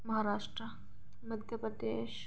Maharashtra Madhya Pradesh